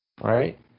right